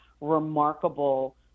remarkable